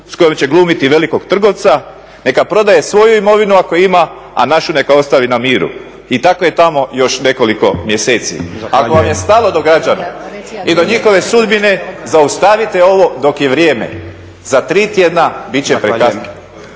s kojom će glumiti velikog trgovca, neka prodaje svoju imovinu ako ima a našu neka ostavi na miru i tako je tamo još nekoliko mjeseci. …/Upadica Stazić: Zahvaljujem./… Ako vam je stalo do građana i do njihove sudbine zaustavite ovo dok je vrijeme, za 3 tjedna biti će prekasno.